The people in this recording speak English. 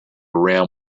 rim